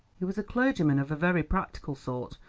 he was a clergyman of a very practical sort,